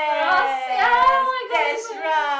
ya oh-my-god